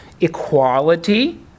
equality